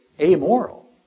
amoral